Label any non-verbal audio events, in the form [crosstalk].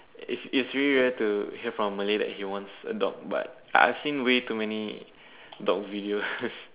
it's it's really rare to hear from a Malay that he wants a dog but I've seen way too many dog videos [laughs]